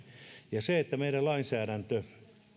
ja kun meidän lainsäädäntö